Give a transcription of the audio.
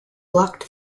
blocked